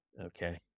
Okay